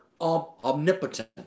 omnipotent